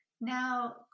Now